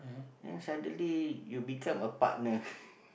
then suddenly you become a partner